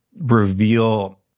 reveal